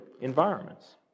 environments